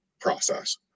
process